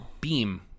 Beam